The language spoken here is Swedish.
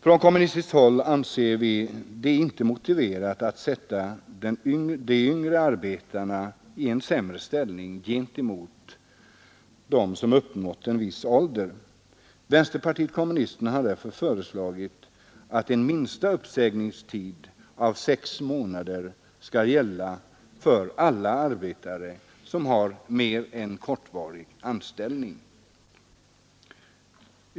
Från kommunistiskt håll anser vi det inte motiverat att sätta de yngre arbetarna i en sämre ställning gentemot dem som uppnått viss ålder. Vänsterpartiet kommunisterna har därför föreslagit att en minsta uppsägningstid av sex månader skall gälla för alla arbetare som har mer än kortvarig anställning.